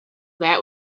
that